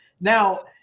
Now